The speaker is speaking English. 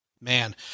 Man